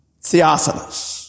Theophilus